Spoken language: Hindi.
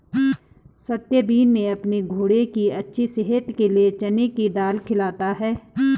सत्यवीर ने अपने घोड़े की अच्छी सेहत के लिए चने की दाल खिलाता है